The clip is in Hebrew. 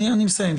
אני מסיים.